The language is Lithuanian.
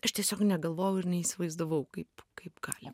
aš tiesiog negalvojau ir neįsivaizdavau kaip kaip gali